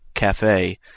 Cafe